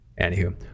Anywho